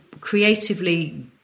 creatively